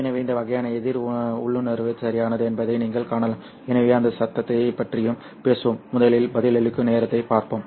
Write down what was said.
எனவே இந்த வகையான எதிர் உள்ளுணர்வு சரியானது என்பதை நீங்கள் காணலாம் எனவே அந்த சத்தத்தைப் பற்றியும் பேசுவோம் முதலில் பதிலளிக்கும் நேரத்தைப் பார்ப்போம்